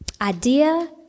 idea